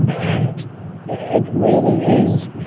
um and it really is.